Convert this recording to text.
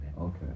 okay